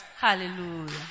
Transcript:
Hallelujah